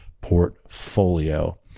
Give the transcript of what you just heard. portfolio